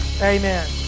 Amen